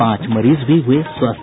पांच मरीज भी हुये स्वस्थ